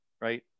right